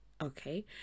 Okay